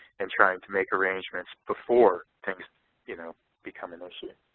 and trying to make arrangements before things you know become an issue.